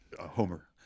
Homer